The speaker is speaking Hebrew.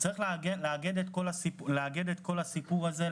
צריך לאגד את כל הסיפור הזה,